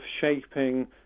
shaping